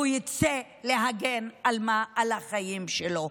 הוא יצא להגן על החיים שלו.